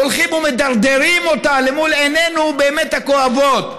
הולכים ומדרדרים אותה למול עינינו הבאמת-כואבות.